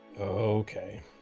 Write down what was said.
Okay